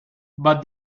but